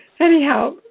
anyhow